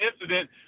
incident